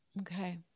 Okay